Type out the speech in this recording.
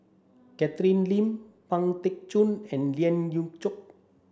Catherine Lim Pang Teck Joon and Lien Ying Chow